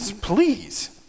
please